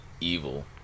evil